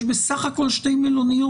יש בסך הכול שתי מלוניות,